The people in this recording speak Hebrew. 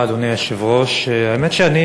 אדוני היושב-ראש, תודה רבה, האמת שאני